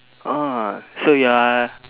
oh so you are